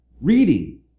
reading